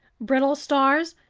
brittle stars,